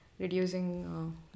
Reducing